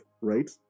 right